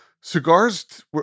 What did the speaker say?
Cigars